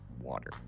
water